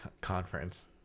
conference